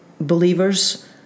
believers